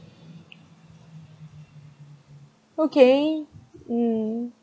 okay mm